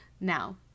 Now